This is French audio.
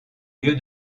lieu